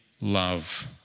love